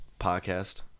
podcast